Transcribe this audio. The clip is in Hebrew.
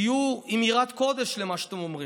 תהיו עם יראת קודש למה שאתם אומרים.